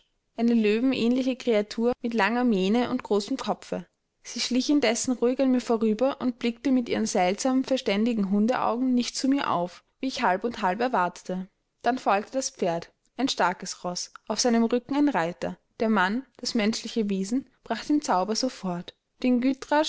eine löwenähnliche kreatur mit langer mähne und großem kopfe sie schlich indessen ruhig an mir vorüber und blickte mit ihren seltsam verständigen hundeaugen nicht zu mir auf wie ich halb und halb erwartete dann folgte das pferd ein starkes roß auf seinem rücken ein reiter der mann das menschliche wesen brach den zauber sofort den